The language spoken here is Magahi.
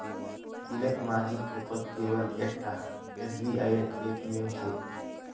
तिलकमाझी चौकत केवल एकता एसबीआईर ए.टी.एम छेक